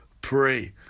pray